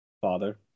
Father